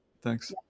thanks